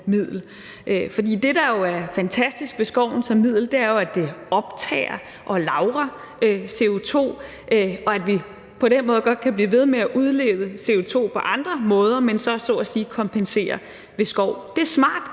det, der jo er fantastisk ved skoven som middel, er, at den optager og lagrer CO2, og at vi på den måde godt kan blive ved med at udlede CO2 på andre måder, men så at sige kompenserer med skov. Det er smart,